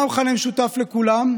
ומה המכנה המשותף לכולם?